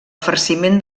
farciment